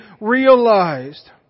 realized